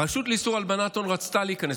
הרשות לאיסור הלבנת הון רצתה להיכנס,